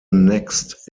next